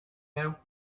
now